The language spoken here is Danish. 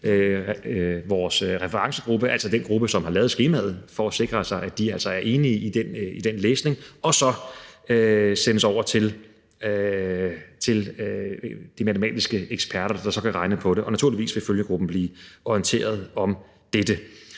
vores referencegruppe, altså den gruppe, som har lavet skemaet, for at sikre sig, at de altså er enige i den læsning, og så sendes det over til de matematiske eksperter, der så kan regne på det, og naturligvis vil følgegruppen blive orienteret om dette.